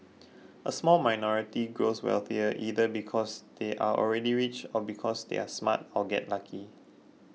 a small minority grows wealthier either because they are already rich or because they are smart or get lucky